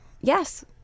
Yes